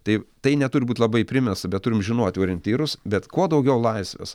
taip tai neturi būt labai primesta bet turim žinot orientyrus bet kuo daugiau laisvės